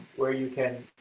where you can